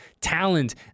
talent